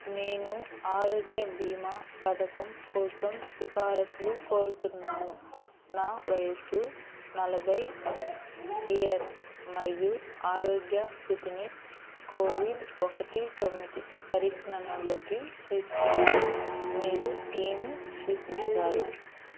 నేను ఆరోగ్య బీమా పథకం కోసం సిఫారసులు కోరుతున్నాను నా వయస్సు నలభై ఇయర్స్ మరియు ఆరోగ్య స్థితిని కోవిడ్ ఒకటి తొమ్మిది పరిజ్ఞనంలోకి తీసుకుంటే మీరు ఏమి సూచిస్తారు